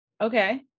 Okay